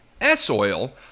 S-Oil